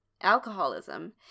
alcoholism